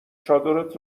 چادرت